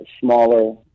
smaller